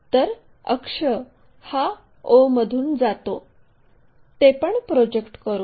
तर अक्ष हा o मधून जातो तेपण प्रोजेक्ट करू